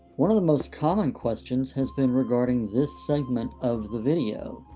one of the most common questions has been regarding this segment of the video.